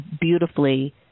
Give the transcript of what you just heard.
beautifully